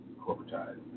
corporatized